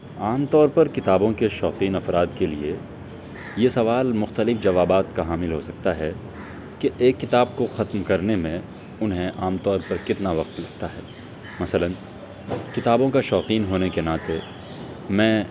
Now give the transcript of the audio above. عام طور پر کتابوں کے شوقین افراد کے لیے یہ سوال مختلف جوابات کا حامل ہو سکتا ہے کہ ایک کتاب کو ختم کرنے میں انہیں عام طور پر کتنا وقت لگتا ہے مثلاً کتابوں کا شوقین ہونے کے ناطے میں